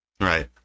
Right